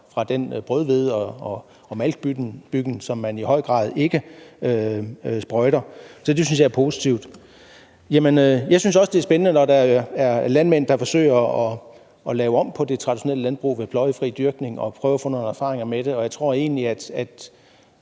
fra den brødhvede og maltbyg, som man i høj grad ikke sprøjter. Så det synes jeg er positivt. Jeg synes også, det er spændende, når der er landmænd, der forsøger at lave om på det traditionelle landbrug ved pløjefri dyrkning, og som prøver at få nogle erfaringer med det. Det, som jeg har